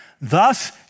Thus